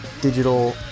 digital